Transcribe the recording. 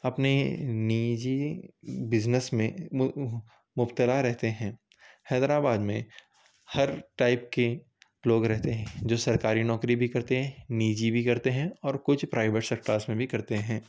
اپنے نیجی بزنس میں مبتلا رہتے ہیں حیدر آباد میں ہر ٹائپ کے لوگ رہتے ہیں جو سرکاری نوکری بھی کرتے ہیں نیجی بھی کرتے ہیں اور کچھ پرائیویٹ سیکٹرس میں بھی کرتے ہیں